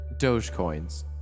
Dogecoins